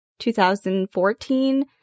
2014